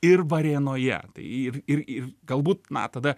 ir varėnoje tai ir ir ir galbūt na tada